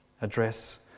address